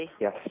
Yes